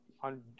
on